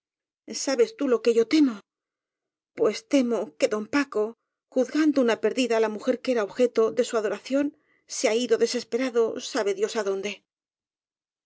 sabes tú lo que yo temo pues temo que don paco juzgando una perdida á la mujer que era objeto de su ado ración se ha ido desesperado sabe dios dónde